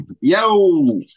Yo